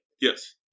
yes